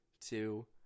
two